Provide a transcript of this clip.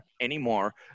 anymore